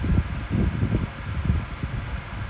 copyright like that lah something like that I mean like wait copy